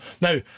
Now